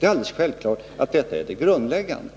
Det är självklart att detta är det grundläggande.